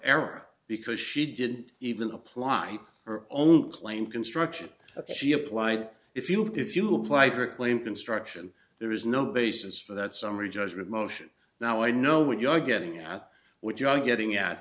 error because she didn't even apply her own claim construction she applied if you if you apply her claim construction there is no basis for that summary judgment motion now i know what you're getting at which you are getting at